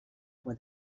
with